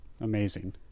Amazing